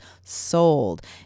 sold